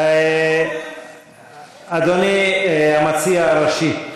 אדוני המציע הראשי,